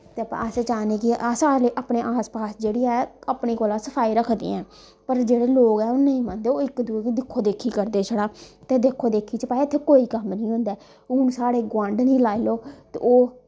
ते अस चाह्न्ने कि अस अपने आस पास जेह्ड़ी ऐ अपने कोला सफाई रखदे ऐं पर जेह्ड़े लोग ऐं ओह् नेईं मनदे ओह् इक दुए गी देखो देखी करदे छड़ा ते देखो देखी च भाई इत्थै कोई कम्म नी होंदा ऐ हून साढ़े गोहांडन ई लाई लैओ ते ओह्